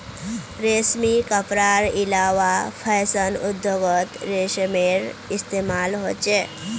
रेशमी कपडार अलावा फैशन उद्द्योगोत रेशमेर इस्तेमाल होचे